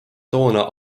toona